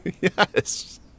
Yes